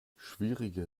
schwierige